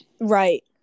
Right